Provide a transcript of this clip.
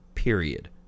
period